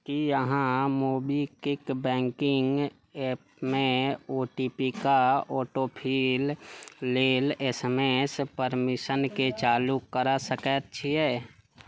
की अहाँ MobiKwik banking एपमे O T P का ऑटो फिल लेल एस एम एस परमिशनकेँ चालू करा सकैत छिऐ